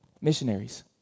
Missionaries